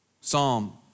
Psalm